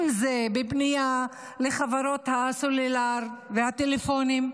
אם זה בפנייה לחברות הסלולר והטלפונים,